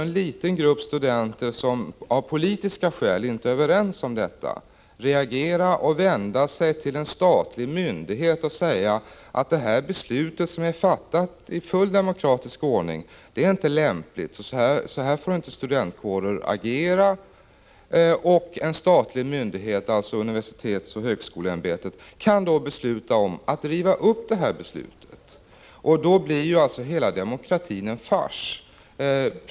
En liten grupp av studenter, som av politiska skäl reagerade mot beslutet, kunde då vända sig till en statlig myndighet och göra gällande att det i fullt demokratisk ordning fattade beslutet inte var lämpligt och att studentkårer inte får agera på detta sätt. Den statliga myndigheten, universitetsoch högskoleämbetet, kunde då riva upp detta beslut. Under sådana förhållanden blir demokratin en fars.